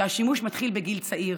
כשהשימוש מתחיל בגיל צעיר.